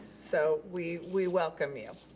so we we welcome you.